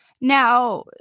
Now